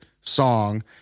song